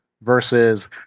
versus